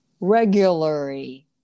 regularly